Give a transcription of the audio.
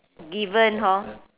given hor